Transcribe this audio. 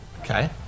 Okay